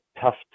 tough